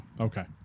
Okay